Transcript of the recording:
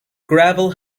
gravel